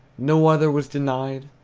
no other was denied.